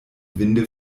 winde